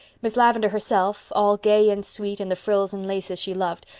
miss lavendar herself, all gay and sweet in the frills and laces she loved,